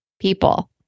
people